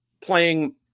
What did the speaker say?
playing